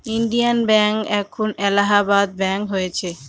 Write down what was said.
Indian Bank এখন Allahabad Bank হয়েছে